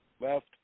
left